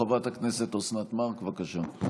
חברת הכנסת אוסנת מארק, בבקשה.